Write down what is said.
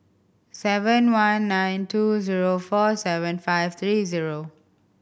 seven one nine two zero four seven five three zero